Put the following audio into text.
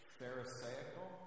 pharisaical